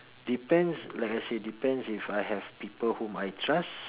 depends like I said depends if I have people whom I trust